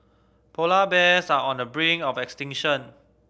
polar bears are on the brink of extinction